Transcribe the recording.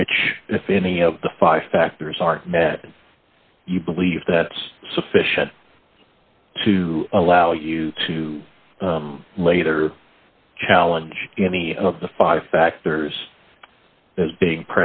which if any of the five factors are that you believe that sufficient to allow you to later challenge any of the five factors as being